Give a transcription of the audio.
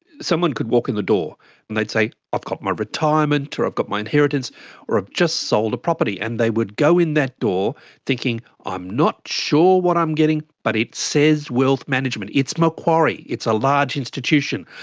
someone could walk in the door and they'd say, i've got my retirement or i've got my inheritance or i've just sold a property and they would go in that door thinking, i'm not sure what i'm getting, but it says wealth management. it's macquarie. it's a large institution.